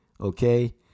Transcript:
okay